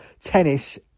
tennis